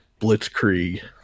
Blitzkrieg